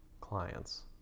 clients